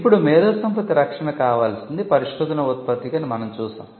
ఇప్పుడు మేధోసంపత్తి రక్షణ కావాల్సింది పరిశోధన ఉత్పత్తికి అని మనం చూశాము